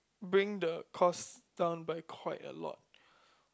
bring the cost down by quite a lot